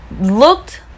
looked